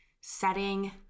setting